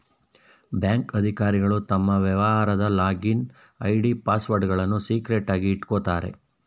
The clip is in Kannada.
ಬ್ಯಾಂಕ್ ಅಧಿಕಾರಿಗಳು ತಮ್ಮ ವ್ಯವಹಾರದ ಲಾಗಿನ್ ಐ.ಡಿ, ಪಾಸ್ವರ್ಡ್ಗಳನ್ನು ಸೀಕ್ರೆಟ್ ಆಗಿ ಇಟ್ಕೋತಾರೆ